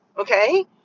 Okay